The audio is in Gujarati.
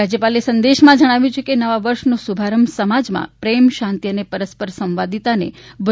રાજ્યપાલે સંદેશમાં જણાવ્યું છે કે નવા વર્ષનો શુભારંભ સમાજમાં પ્રેમ શાંતિ અને પરસ્પર સંવાદિતાને વધુ મજબૂત બનાવશે